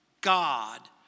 God